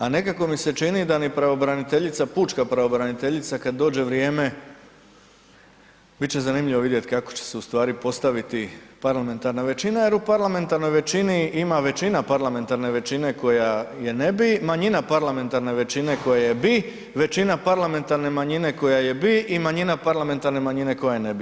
A nekako mi se čini da ni pravobraniteljica, pučka pravobraniteljica kada dođe vrijeme biti će zanimljivo vidjeti kako će se ustvari postaviti parlamentarna većina jer u parlamentarnoj većini ima većina parlamentarne većine koja je ne bi, manjina parlamentarne većine koja je bi, većina parlamentarne manjine koja je bi i manjina parlamentarne manjine koja je ne bi.